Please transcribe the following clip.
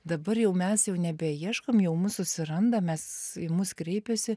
dabar jau mes jau nebeieškom jau mus susiranda mes į mus kreipiasi